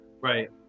Right